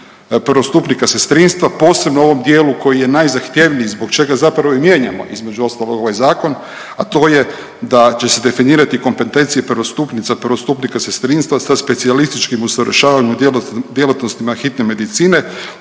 prvostupnika sestrinstva posebno u ovom dijelu koji je najzahtjevniji zbog čega zapravo i mijenjamo između ostalog ovaj zakon, a to je da će se definirati kompetencije prvostupnica, prvostupnika sestrinstva sa specijalističkim usavršavanjem u djelatnostima hitne medicine